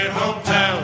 hometown